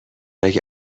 اگه